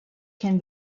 can